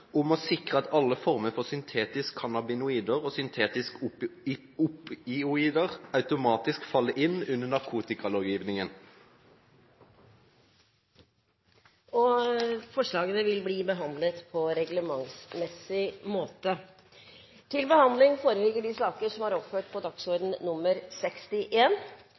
om å sikre at alle former for syntetiske cannabinoider og syntetiske opioider automatisk faller inn under narkotikalovgivningen. Forslagene vil bli behandlet på reglementsmessig måte.